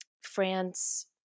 France